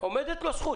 עומדת לו זכות.